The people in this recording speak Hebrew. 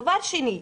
דבר שני,